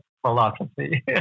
philosophy